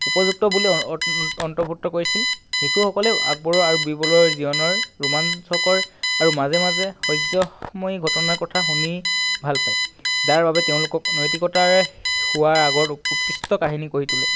উপযুক্ত বুলি অন্তৰ্ভূক্ত কৰিছিল শিশুসকলেও আকবৰ আৰু বীৰবলৰ জীৱনৰ ৰোমাঞ্চকৰ আৰু মাজে মাজে সহ্যময়ী ঘটনা কথা শুনি ভাল পায় যাৰ বাবে তেওঁলোকক নৈতিকতাৰে শোৱাৰ আগত উৎকৃষ্ট কাহিনী কৰি তোলে